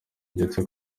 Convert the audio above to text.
ndetse